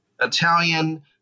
Italian